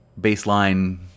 baseline